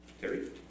Terry